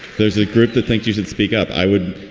there's a group that thinks you should speak up i would